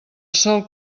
sòl